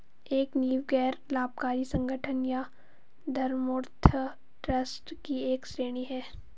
एक नींव गैर लाभकारी संगठन या धर्मार्थ ट्रस्ट की एक श्रेणी हैं